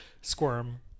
squirm